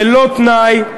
ללא תנאי,